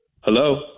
Hello